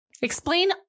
Explain